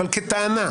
אבל כטענה,